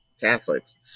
Catholics